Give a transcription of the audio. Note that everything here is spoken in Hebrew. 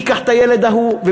מי ייקח את הילד ההוא,